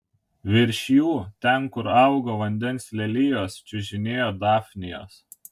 virš jų ten kur augo vandens lelijos čiužinėjo dafnijos